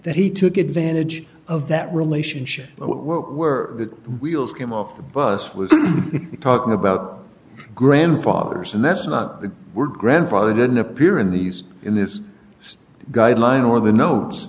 that he took advantage of that relationship where the wheels came off the bus was talking about grandfather's and that's not the word grandfather didn't appear in these in this guideline or the notes